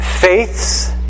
faiths